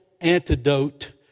antidote